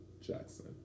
Jackson